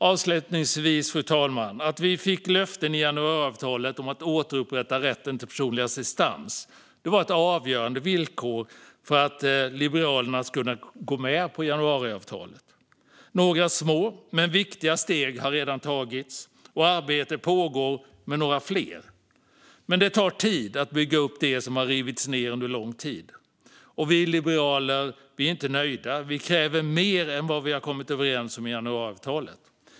Avslutningsvis, fru talman: Att vi fick löften i januariavtalet om att återupprätta rätten till personlig assistans var ett avgörande villkor för att Liberalerna skulle kunna gå med på detta avtal. Några små men viktiga steg har redan tagits, och arbete pågår med några fler. Men det tar tid att bygga upp det som rivits ned under lång tid, och vi liberaler är inte nöjda. Vi kräver mer än vad vi har kommit överens om i januariavtalet.